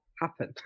happen